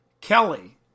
Kelly